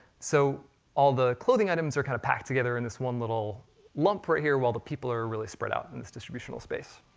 so all the clothing items are kind of packed together in this one little lump right here, while the people are really spread out in this distributional space.